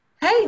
hey